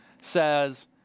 says